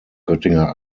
göttinger